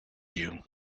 you